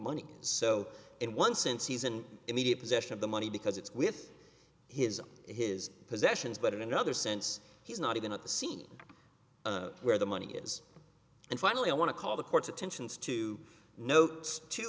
money so in one sense he's an immediate possession of the money because it's with his his possessions but in another sense he's not even at the scene where the money is and finally i want to call the court's attentions t